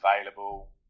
available